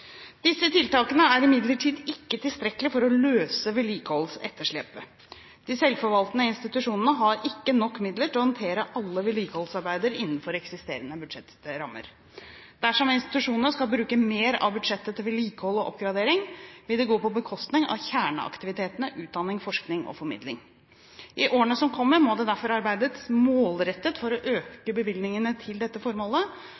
Disse tiltakene er imidlertid ikke tilstrekkelige for å løse vedlikeholdsetterslepet. De selvforvaltende institusjonene har ikke nok midler til å håndtere alle vedlikeholdsarbeider innenfor eksisterende budsjettrammer. Dersom institusjonene skal bruke mer av budsjettet til vedlikehold og oppgradering, vil det gå på bekostning av kjerneaktivitetene utdanning, forskning og formidling. I årene som kommer, må det derfor arbeides målrettet for å øke bevilgningene til dette formålet